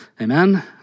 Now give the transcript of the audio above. amen